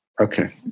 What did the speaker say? Okay